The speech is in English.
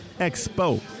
Expo